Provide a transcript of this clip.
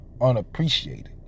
unappreciated